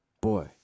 Boy